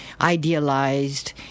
idealized